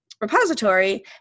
repository